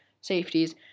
safeties